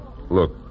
Look